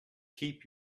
keep